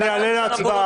אני אעלה להצבעה.